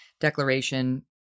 declaration